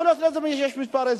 יכול להיות שיש לזה מספר הסברים.